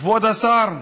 כבוד השר,